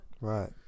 Right